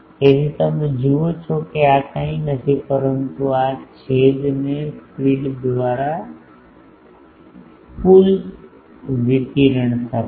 તેથી તમે જુઓ છો કે આ કંઈ નથી પરંતુ આ છેદને ફીડ દ્વારા કુલ વિકિરણ શક્તિ